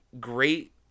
great